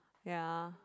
ya